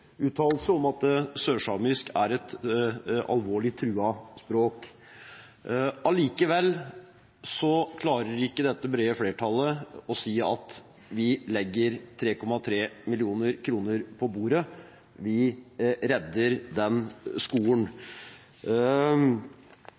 uttalelse om at sørsamisk er et alvorlig truet språk. Allikevel klarer ikke dette brede flertallet å si at vi legger 3,3 mill. kr på bordet, vi redder denne skolen.